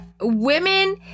women